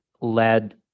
led